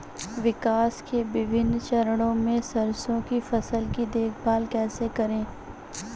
विकास के विभिन्न चरणों में सरसों की फसल की देखभाल कैसे करें?